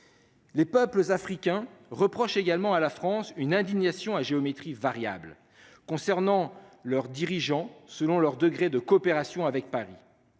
Les peuples africains reprochent également à la France une indignation à géométrie variable concernant leurs dirigeants selon leur degré de coopération avec Paris.